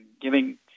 giving